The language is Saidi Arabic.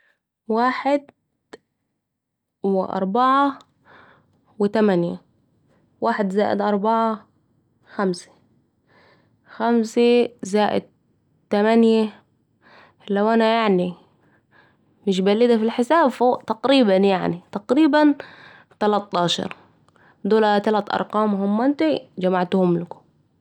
، واحد و اربعه و تمنيه ، واحد زائد اربع خمسه خمسه زائد تمنيه لو أنا يعني مش بليده في الحساب تقريباً يعني تلاطاشر دول تلت ارقام اهمنتي حمعتهم لكم